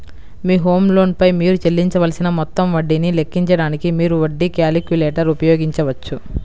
మీ home loan పై మీరు చెల్లించవలసిన మొత్తం వడ్డీని లెక్కించడానికి, మీరు వడ్డీ క్యాలిక్యులేటర్ ఉపయోగించవచ్చు